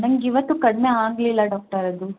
ನಂಗೆ ಇವತ್ತೂ ಕಡಿಮೆ ಆಗಲಿಲ್ಲ ಡಾಕ್ಟರ್ ಅದು